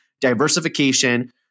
diversification